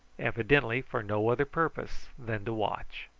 evidently for no other purpose than to watch.